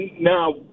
now